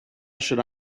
should